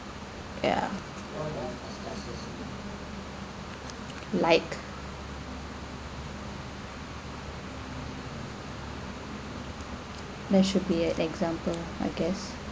ya like that should be an example I guess